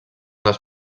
les